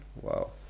wow